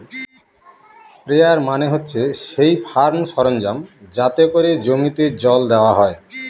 sprayer মানে হচ্ছে সেই ফার্ম সরঞ্জাম যাতে করে জমিতে জল দেওয়া হয়